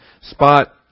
spot